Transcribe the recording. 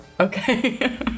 Okay